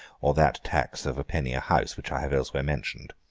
or that tax of a penny a house which i have elsewhere mentioned.